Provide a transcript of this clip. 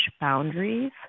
boundaries